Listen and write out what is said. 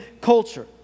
culture